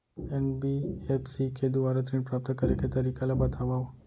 NBFC के दुवारा ऋण प्राप्त करे के तरीका ल बतावव?